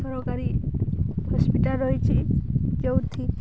ସରକାରୀ ହସ୍ପିଟାଲ ରହିଛି ଯେଉଁଠି